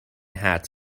hats